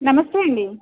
నమస్తే అండి